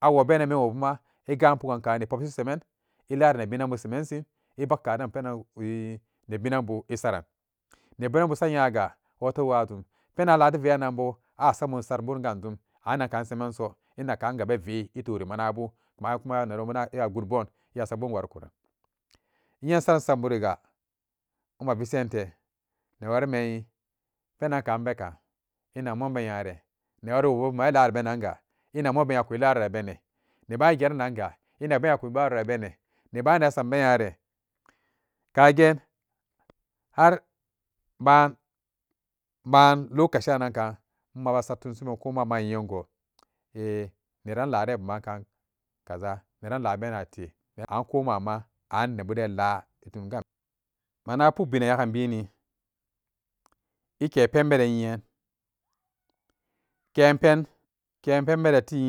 Awobenan mewwobuma egan pu'an kani possi semen elari ne binan bu samensin ebak penan e nebinanbu esaran, nebinanbu sa nyaga bon tebwajum penan lade va'annanbo a samum satbungandum an nankal semanso inakkanga belle itori manabu bayankuma nebudan eya gudbun eya sabun warikonan inye sasamburiga mavisente newari me ehh penan kan bekan enak moon be nyare newari woo buman ilara benangu enak moon benya iku laro abene neba egerananga enak benya eku bara rabene nebanan esambenyare kagen har baan baanlokaci ankun maba satunsin ko ma'ama a yengo eh neran lare buman kan kazu neran labenate neran anko ma'ama an nebudenka mana puk binun yagan bini ike pen bede nyinan kenpen kenpen bede ti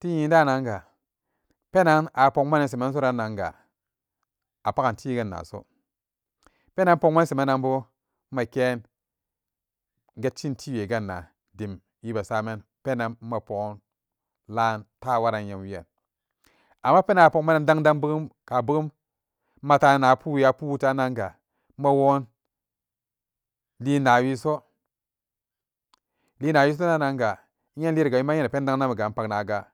tii dananga penan a pokmanan seman so rannanga a pagon tiwe gannaso penan pokman seman ranbo maken geshshin tiwe ganna jim wibe saman penan mo pogan laan ta waran nyem wiyan amma penan a pokmanan dangdang pberenpberen ka bogum matanan na puwe apuwuta nanga mawugan linnawiso linnawiso ranga inye inlinga wima inyeni pen dangdang inpak naga.